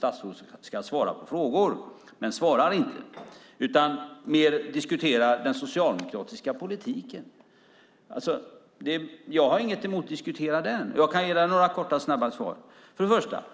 Statsrådet ska svara på frågor, men han svarar inte utan diskuterar mer den socialdemokratiska politiken. Jag har inget emot att diskutera den, och jag kan ge dig några korta, snabba svar. Först och främst: